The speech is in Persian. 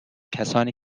کسانی